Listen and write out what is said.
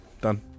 Done